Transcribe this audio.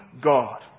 God